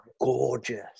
gorgeous